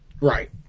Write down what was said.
Right